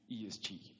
ESG